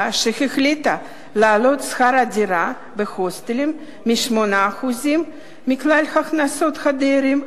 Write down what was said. שהחליטה להעלות את שכר הדירה בהוסטלים מ-8% מכלל הכנסות הדיירים,